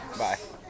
bye